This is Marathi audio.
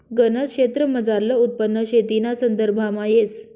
गनज क्षेत्रमझारलं उत्पन्न शेतीना संदर्भामा येस